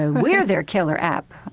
ah we're their killer app.